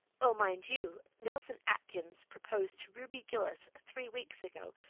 oh, mind you, nelson atkins proposed to ruby gillis three weeks ago.